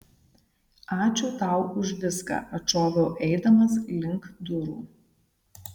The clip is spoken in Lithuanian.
ačiū tau už viską atšoviau eidamas link durų